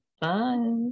Bye